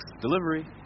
Delivery